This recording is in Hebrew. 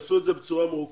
יעשו את זה בצורה מרוכזת.